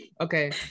okay